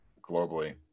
Globally